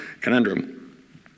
conundrum